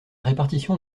répartition